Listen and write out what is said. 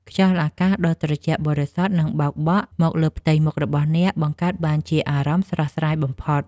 ខ្យល់អាកាសដ៏ត្រជាក់បរិសុទ្ធនឹងបោកបក់មកលើផ្ទៃមុខរបស់អ្នក បង្កើតបានជាអារម្មណ៍ស្រស់ស្រាយបំផុត។